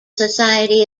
society